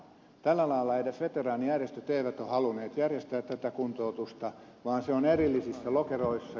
tällä lailla edes veteraanijärjestöt eivät ole halunneet järjestää tätä kuntoutusta vaan se on erillisissä lokeroissa